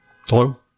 Hello